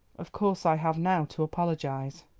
of course i have now to apologise.